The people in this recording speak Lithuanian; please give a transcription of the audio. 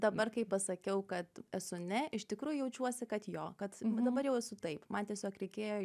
dabar kai pasakiau kad esu ne iš tikrųjų jaučiuosi kad jo kad dabar jau esu taip man tiesiog reikėjo